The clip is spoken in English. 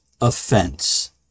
offense